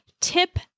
Tip